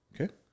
Okay